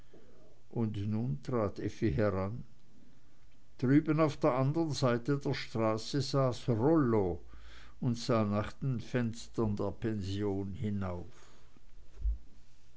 auch effi heran drüben auf der anderen seite der straße saß rollo und sah nach den fenstern der pension hinauf